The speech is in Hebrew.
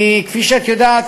כי כפי שאת יודעת,